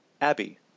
Abby